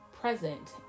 present